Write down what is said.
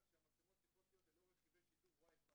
שהמצלמות צריכות להיות ללא רכיבי שידור WI FI,